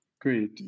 Great